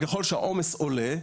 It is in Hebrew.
ככל שהעומס עולה,